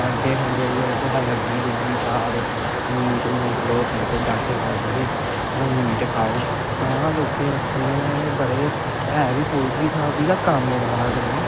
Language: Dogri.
अंडे खंदे कुसै लग्गी लुग्गी जा ते मीट मूट लोग खंदे डाक्टर दस्सदे मीट खाओ तां लोकें रक्खे दे न एह् बड़े है बी पोल्ट्री फार्म एह्दा कम्म बड़ा ऐ कन्नै